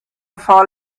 fall